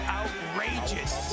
outrageous